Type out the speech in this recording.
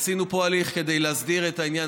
עשינו פה הליך כדי להסדיר את העניין.